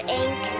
ink